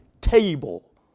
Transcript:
Table